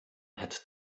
had